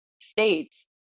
states